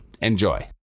Enjoy